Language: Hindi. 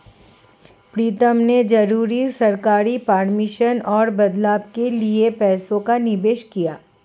प्रीतम ने जरूरी सरकारी परमिशन और बदलाव के लिए पैसों का निवेश किया